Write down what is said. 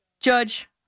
Judge